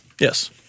Yes